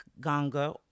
ganga